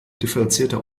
differenzierter